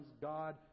God